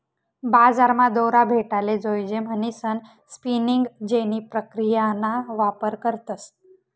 बजारमा दोरा भेटाले जोयजे म्हणीसन स्पिनिंग जेनी प्रक्रियाना वापर करतस